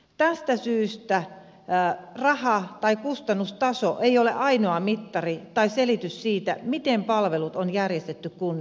tästä syystä raha tai kustannustaso ei ole ainoa mittari tai selitys siitä miten palvelut on järjestetty kunnissa